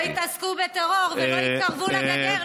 שלא יתעסקו בטרור ולא יתקרבו לגדר,